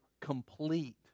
complete